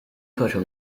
课程